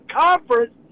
conference